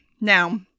Now